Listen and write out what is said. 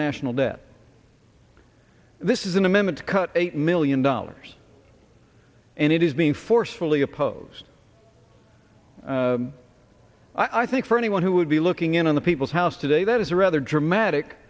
national debt this is an amendment to cut eight million dollars and it is being forcefully opposed i think for anyone who would be looking in on the people's house today that is a rather dramatic